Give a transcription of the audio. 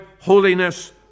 holiness